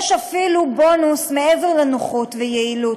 יש אפילו בונוס מעבר לנוחות וליעילות,